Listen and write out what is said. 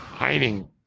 hiding